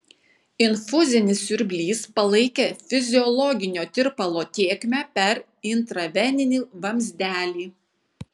infuzinis siurblys palaikė fiziologinio tirpalo tėkmę per intraveninį vamzdelį